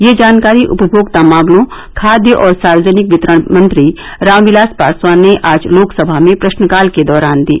यह जानकारी उपभोक्ता मामलों खाद्य और सार्वजनिक वितरण मंत्री रामविलास पासवान ने आज लोकसभा में प्रश्नकाल के दौरान दी